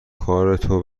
کارتو